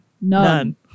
None